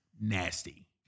nasty